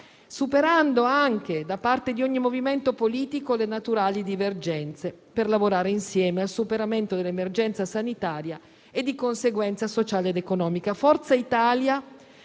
divergenze da parte di ogni movimento politico, per lavorare insieme al superamento dell'emergenza sanitaria e, di conseguenza, sociale ed economica. Forza Italia